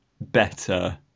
better